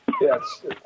Yes